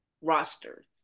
roster